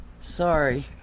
Sorry